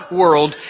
world